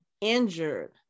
injured